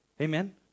Amen